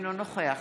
אינו נוכח